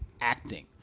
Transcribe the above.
acting